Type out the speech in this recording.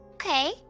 Okay